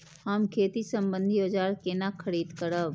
हम खेती सम्बन्धी औजार केना खरीद करब?